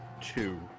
two